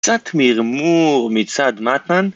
קצת מרמור מצד מטמן